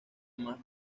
más